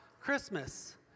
Christmas